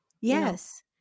Yes